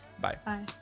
bye